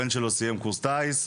הבן שלו סיים קורס טייס,